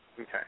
Okay